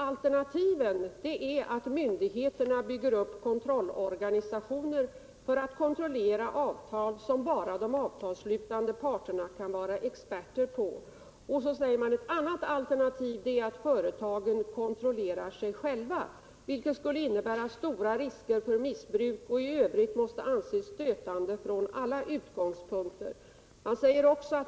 Alternativen är att myndigheterna bygger upp kontrollorganisationer för att kontrollera avtal som bara de avtalsslutande parterna kan vara experter på. Ett annat alternativ är att företagen kontrollerar sig själva, vilket skulle innebära stora risker för missbruk och i övrigt måste anses stötande från alla utgångspunkter.